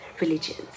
religions